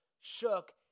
shook